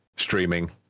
streaming